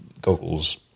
goggles